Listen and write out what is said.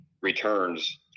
returns